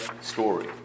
story